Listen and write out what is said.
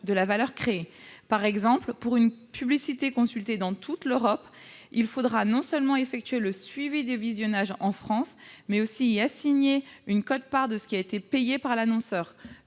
de la valeur créée. Par exemple, pour une publicité consultée dans toute l'Europe, il faudra, non seulement effectuer le suivi des visionnages en France, mais aussi y assigner une quote-part de ce qui a été payé par l'annonceur.